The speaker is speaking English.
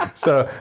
so,